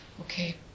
Okay